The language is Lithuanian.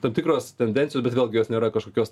tam tikros tendencijų bet vėlgi jos nėra kažkokios